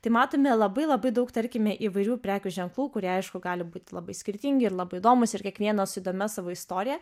tai matome labai labai daug tarkime įvairių prekių ženklų kurie aišku gali būti labai skirtingi ir labai įdomūs ir kiekvienas su įdomia savo istorija